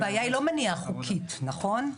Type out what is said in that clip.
הרי הבעיה היא לא מניעה חוקית לשיתוף, נכון?